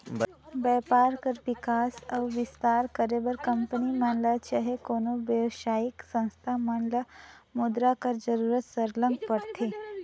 बयपार कर बिकास अउ बिस्तार करे बर कंपनी मन ल चहे कोनो बेवसायिक संस्था मन ल मुद्रा कर जरूरत सरलग परथे